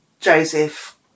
Joseph